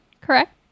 correct